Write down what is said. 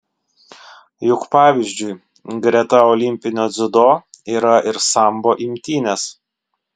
juk pavyzdžiui greta olimpinio dziudo yra ir sambo imtynės